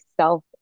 self